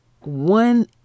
one